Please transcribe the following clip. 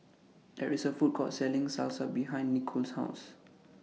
There IS A Food Court Selling Salsa behind Nichole's House